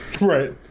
Right